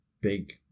big